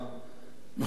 מכובדי כולם,